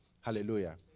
Hallelujah